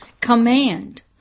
command